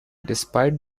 despite